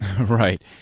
Right